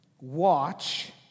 watch